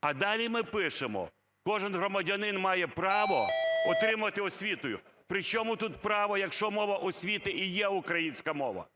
А далі ми пишемо: "Кожен громадянин має право отримувати освіту". Причому тут право, якщо мова освіти і є українська мова.